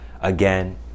again